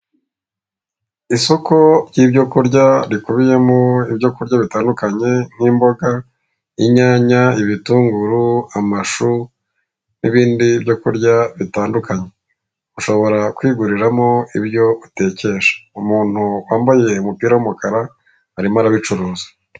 Isoko ry'ibyokurya rikubiyemo ibyokurya bitandukanye nk'imboga ,inyanya, ibitunguru ,amashu n'ibindi byokurya bitandukanye ushobora kwiguriramo ibyo utekesha umuntu wambaye umupira w'umukara arimo arabicuruza .